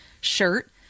shirt